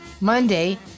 Monday